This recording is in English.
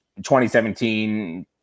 2017